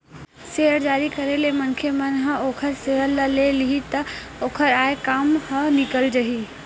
share जारी करे ले मनखे मन ह ओखर सेयर ल ले लिही त ओखर आय काम ह निकल जाही